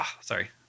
sorry